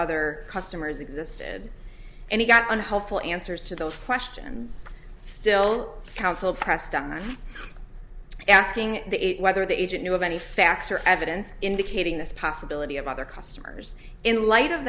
other customers existed and he got on helpful answers to those questions still counsel pressed on that asking whether the agent knew of any facts or evidence indicating this possibility of other customers in light of